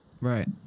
right